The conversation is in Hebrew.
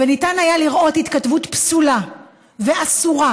וניתן היה לראות התכתבות פסולה ואסורה,